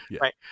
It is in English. Right